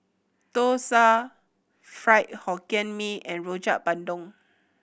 dosa Fried Hokkien Mee and Rojak Bandung